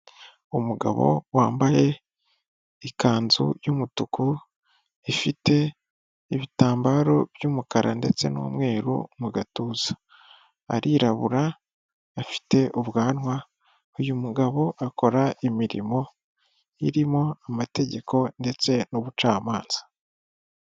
Umugabo wambaye ikanzu y'umutuku ifite ibitambaro by'umukara ndetse n'umweru mu gatuza, arirabura afite ubwanwa uyu mugabo akora imirimo irimo amategeko ndetse n'ubucamanza.